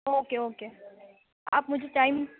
okay okay آپ مجھے time